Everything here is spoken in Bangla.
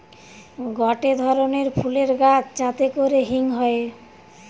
গটে ধরণের ফুলের গাছ যাতে করে হিং হয়ে